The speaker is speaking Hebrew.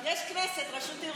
יש כנסת, רשות ערעור.